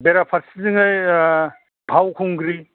बेरा फार्सेथिङै फावखुंग्रि